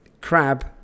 crab